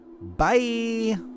Bye